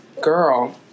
girl